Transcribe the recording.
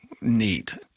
neat